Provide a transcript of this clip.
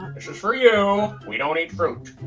for you. we don't eat fruit.